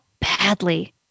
badly